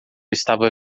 estava